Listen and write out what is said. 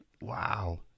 Wow